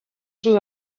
sud